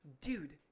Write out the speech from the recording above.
dude